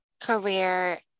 career